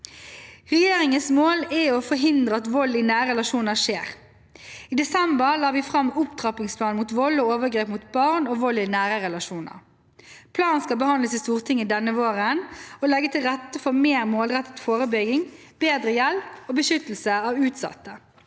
Regjeringens mål er å forhindre at vold i nære relasjoner skjer. I desember la vi fram Opptrappingsplan mot vold og overgrep mot barn og vold i nære relasjoner. Planen skal behandles i Stortinget denne våren og legge til rette for mer målrettet forebygging, bedre hjelp og beskyttelse av utsatte.